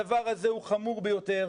הדבר הזה הוא חמור ביותר.